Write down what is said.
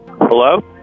Hello